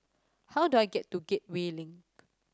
how do I get to Gateway Link